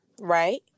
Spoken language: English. Right